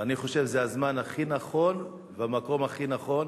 ואני חושב שזה הזמן הכי נכון והמקום הכי נכון